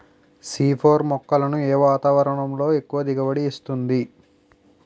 C four మొక్కలను ఏ వాతావరణంలో ఎక్కువ దిగుబడి ఇస్తుంది?